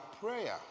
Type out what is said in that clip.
prayer